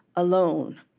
alone,